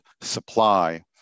supply